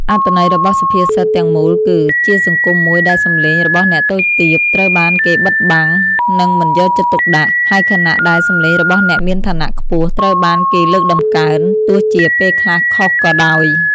អត្ថន័យរបស់សុភាសិតទាំងមូលគឺ ជាសង្គមមួយដែលសំឡេងរបស់អ្នកតូចទាបត្រូវបានគេបិទបាំង និងមិនយកចិត្តទុកដាក់ ហើយខណៈដែលសំឡេងរបស់អ្នកមានឋានៈខ្ពស់ត្រូវបានគេលើកតម្កើង ទោះជាពេលខ្លះខុសក៏ដោយ។